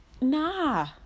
Nah